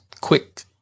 quick